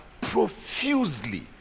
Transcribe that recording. profusely